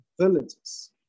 villages